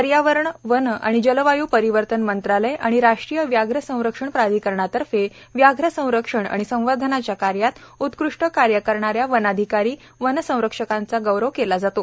पर्यावरण वन आणि जलवायू परिवर्तन मंत्रालय आणि राष्ट्रीय व्याघ्र संरक्षण प्राधिकरणातर्फे व्याघ्र संरक्षण आणि संवर्धनाच्या कार्यात उत्कृष्ट कार्य करणा या वनाधिकारी वनरक्षकांचा गौरव केला जातो